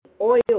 oil